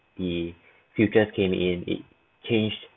the futures came in it changed